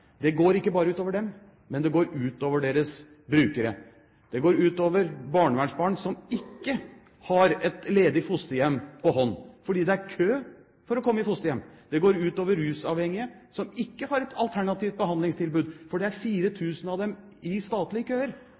Det går ikke bare ut over dem, det går også ut over deres brukere. Det går ut over barnevernsbarn som ikke har et ledig fosterhjem for hånden, fordi det er kø for å komme i fosterhjem. Det går ut over rusavhengige som ikke har et alternativt behandlingstilbud, for det er 4 000 av dem i statlige køer.